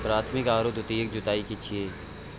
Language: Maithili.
प्राथमिक आरो द्वितीयक जुताई की छिये?